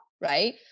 right